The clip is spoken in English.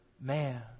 man